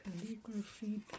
calligraphy